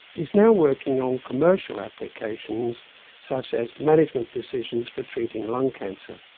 is now working on commercial applications such as management decisions for treating lung cancer.